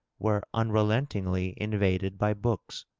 were unrelentingly invaded by books.